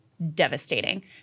devastating